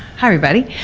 everybody.